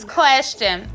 question